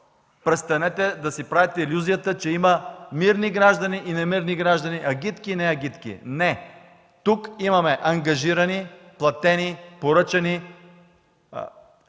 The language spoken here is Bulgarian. Престанете да си правите илюзията, че има мирни и немирни граждани, агитки и неагитки. Не, тук има ангажирани, платени, поръчани